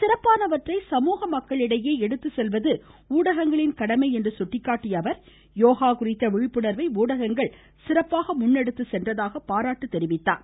சிறப்பானவற்றை சமூக மக்களிடையே எடுத்துச் செல்வது ஊடகங்களின் கடமை என்று சுட்டிக்காட்டிய அவர் யோகா குறித்த விழிப்புணர்வை ஊடகங்கள் சிறப்பாக முன் எடுத்துச் செல்வதாக பாராட்டு தெரிவித்தார்